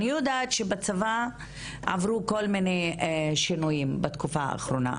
אני יודעת שבצבא עברו כל מיני שינויים בתקופה האחרונה,